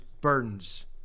burdens